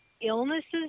illnesses